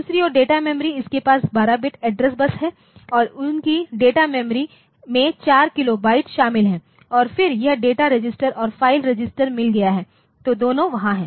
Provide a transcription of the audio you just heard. दूसरी ओर data memory इसके पास 12 बिट एड्रेस बस है और उनकी डेटा मेमोरीमें 4 किलोबाइट शामिल है और फिर यह डेटा रजिस्टर और फ़ाइल रजिस्टर मिल गया है तो दोनों वहाँ हैं